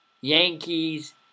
Yankees